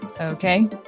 okay